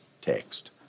text